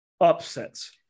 upsets